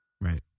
Right